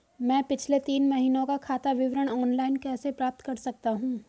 मैं पिछले तीन महीनों का खाता विवरण ऑनलाइन कैसे प्राप्त कर सकता हूं?